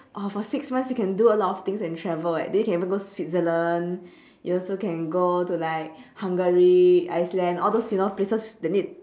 oh for six months you can do a lot of things and travel eh then you can even go switzerland you also can go to like hungary and iceland all those places you know that need